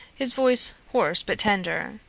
his voice hoarse but tender.